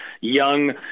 young –